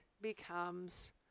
becomes